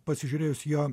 pasižiūrėjus jo